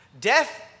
death